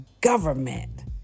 government